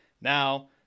Now